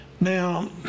Now